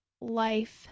life